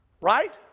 right